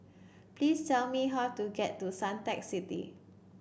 please tell me how to get to Suntec City